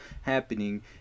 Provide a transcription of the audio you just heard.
happening